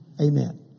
Amen